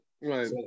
Right